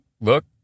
look